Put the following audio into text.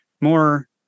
more